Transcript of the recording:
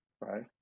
right